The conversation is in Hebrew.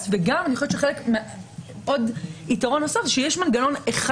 ואני חושבת שיתרון נוסף הוא שיש מנגנון אחד,